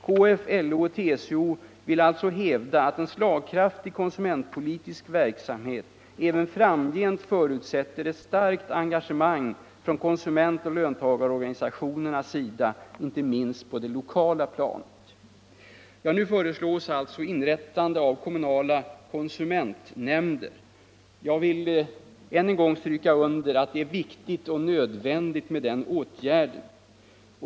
KF, LO och TCO vill alltså hävda att en slagkraftig konsumentpolitisk verksamhet även framgent förutsätter ett starkt engagemang från konsumentoch löntagarorganisationernas sida, inte minst på det lokala planet.” Nu föreslås alltså inrättande av kommunala konsumentnämnder. Jag vill än en gång stryka under att det är viktigt och nödvändigt med den åtgärden.